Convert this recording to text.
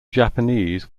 japanese